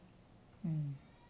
mm